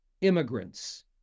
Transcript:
immigrants